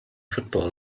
football